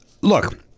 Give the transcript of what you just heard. Look